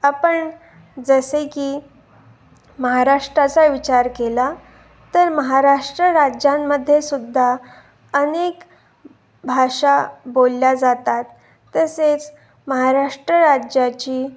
आपण जसे की महाराष्ट्राचा विचार केला तर महाराष्ट्र राज्यांमध्ये सुुद्धा अनेक भाषा बोलल्या जातात तसेच महाराष्ट्र राज्याची